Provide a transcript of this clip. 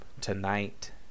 tonight